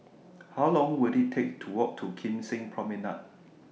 How Long Will IT Take to Walk to Kim Seng Promenade